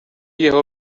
یهو